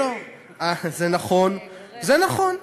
לא לא, זה נכון, זה נכון.